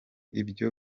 ibyo